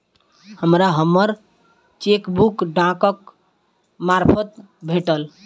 हमरा हम्मर चेकबुक डाकक मार्फत भेटल